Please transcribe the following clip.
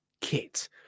kit